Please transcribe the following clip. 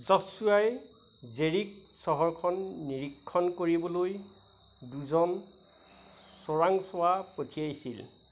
জ'শ্বুৱাই Jericho চহৰখন নিৰীক্ষণ কৰিবলৈ দুজন চোৰাংচোৱা পঠিয়াইছিল